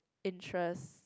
interest